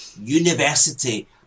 University